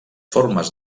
formes